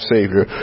Savior